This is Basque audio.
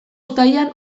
uztailean